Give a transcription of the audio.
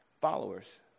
followers